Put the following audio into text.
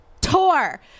tour